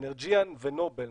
אנרג'יאן ונובל,